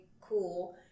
cool